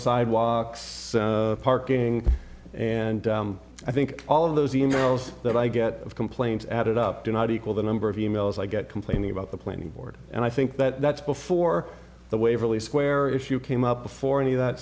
sidewalks parking and i think all of those e mails that i get complaints added up do not equal the number of e mails i get complaining about the planning board and i think that that's before the waverley square issue came up before any of that